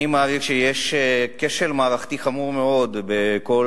אני מעריך שיש כשל מערכתי חמור מאוד בכל